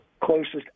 Closest